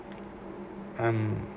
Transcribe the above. um